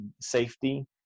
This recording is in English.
safety